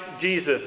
Jesus